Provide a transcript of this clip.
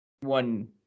one